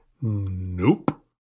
Nope